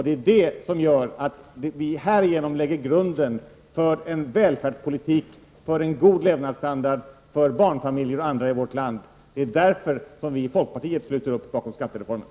Det är de som gör att vi härigenom lägger grunden för en välfärdspolitik, för en god levnadsstandard för bl.a. barnfamiljer i vårt land. Det är därför som vi i folkpartiet sluter upp bakom skattereformen.